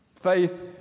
faith